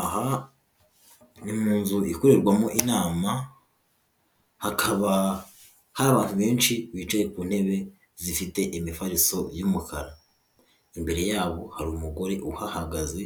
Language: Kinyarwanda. Aha ni mu nzu ikorerwamo inama hakaba hari abantu benshi bicaye ku ntebe zifite imifariso y'umukara, imbere yabo hari umugore uhahagaze